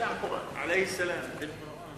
אתה רואה,